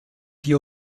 die